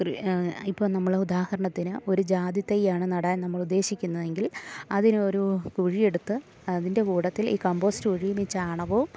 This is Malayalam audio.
ഒരു ഇപ്പം നമ്മൾ ഉദാഹരണത്തിന് ഒരു ജാതിത്തയ്യാണ് നടാൻ നമ്മളുദ്ദേശിക്കുന്നതെങ്കിൽ അതിന് ഒരു കുഴിയെടുത്ത് അതിൻ്റെ കൂട്ടത്തിൽ ഈ കമ്പോസ്റ്റ് കുഴിയും ഈ ചാണകവും